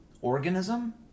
organism